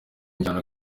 njyana